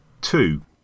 Two